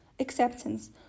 Acceptance